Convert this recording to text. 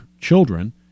children